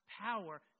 power